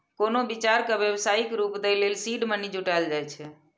कोनो विचार कें व्यावसायिक रूप दै लेल सीड मनी जुटायल जाए छै